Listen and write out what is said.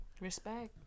Respect